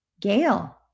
Gail